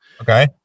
Okay